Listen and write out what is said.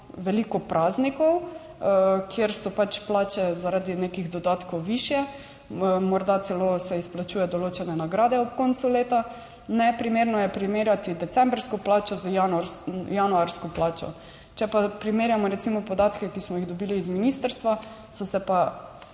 veliko praznikov, kjer so pač plače, zaradi nekih dodatkov višje, morda celo se izplačuje določene nagrade ob koncu leta. Neprimerno je primerjati decembrsko plačo z januarsko plačo. Če pa primerjamo recimo podatke, ki smo jih dobili iz ministrstva, so se pa